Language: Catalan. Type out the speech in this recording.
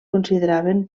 consideraven